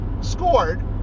scored